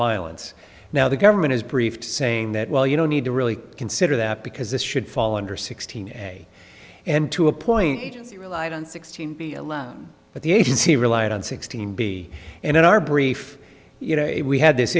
violence now the government is briefed saying that well you don't need to really consider that because this should fall under sixteen a and to a point agency relied on sixteen be allowed but the agency relied on sixteen b and in our brief you know a we had this